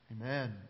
Amen